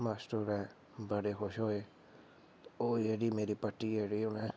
master होर बड़े खुश होए ओह् जेह्ड़ी मेरी पट्टी